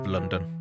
London